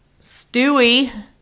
Stewie